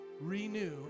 renew